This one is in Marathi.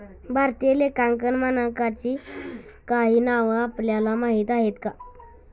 भारतीय लेखांकन मानकांची काही नावं आपल्याला माहीत आहेत का?